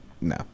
No